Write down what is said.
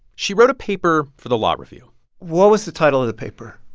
she wrote a paper for the law review what was the title of the paper?